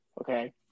Okay